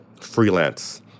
freelance